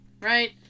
right